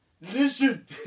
listen